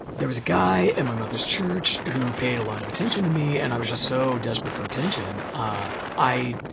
there was a guy in my mother's church who paid a lot of attention to me and i was just so desperate for attention ah i,